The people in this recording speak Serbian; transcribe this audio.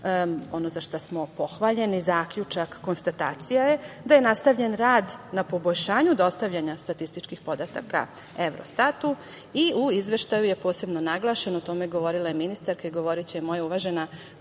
za šta smo pohvaljeni, zaključak, konstatacija je da je nastavljen rad na poboljšanju dostavljanja statističkih podataka Evrostatu i u Izveštaju je posebno naglašeno, o tome je govorila i ministarka i govoriće i moje uvažena